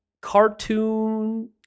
cartoon